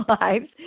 lives